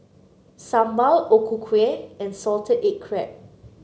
sambal O Ku Kueh and Salted Egg Crab